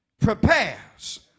prepares